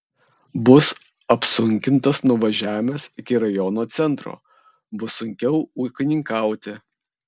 bus apsunkintas nuvažiavimas iki rajono centro bus sunkiau ūkininkauti